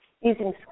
using